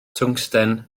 twngsten